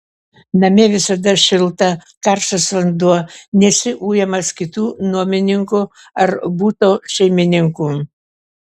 namie visada šilta karštas vanduo nesi ujamas kitų nuomininkų ar buto šeimininkų